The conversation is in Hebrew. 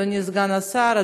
אדוני סגן השר,